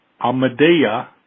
amadea